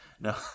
No